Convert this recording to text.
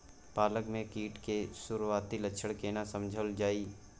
पालक में कीट के सुरआती लक्षण केना समझल जाय?